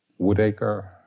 Woodacre